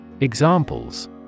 Examples